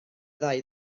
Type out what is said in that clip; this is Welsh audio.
ddau